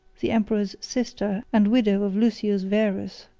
the emperor's sister, and widow of lucius verus,